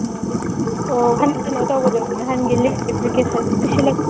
ꯎꯝ ꯑꯣ ꯍꯟꯗꯛ ꯀꯩꯅꯣ ꯇꯧꯕꯗꯨꯔꯥ ꯅꯍꯥꯟꯒꯤ ꯂꯤꯕ ꯑꯦꯄ꯭ꯂꯤꯀꯦꯁꯟ ꯄꯤꯁꯤꯜꯂꯛꯄ